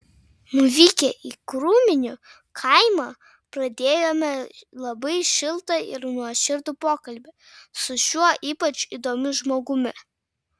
nuvykę į krūminių kaimą pradėjome labai šiltą ir nuoširdų pokalbį su šiuo ypač įdomiu žmogumi